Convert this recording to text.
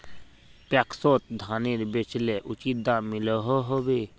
पैक्सोत धानेर बेचले उचित दाम मिलोहो होबे?